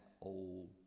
old